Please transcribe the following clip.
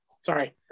sorry